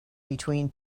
between